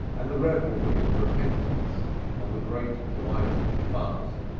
and the revelry of repentance on the great white fast,